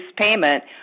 payment